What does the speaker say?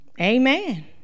Amen